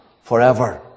forever